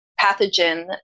pathogen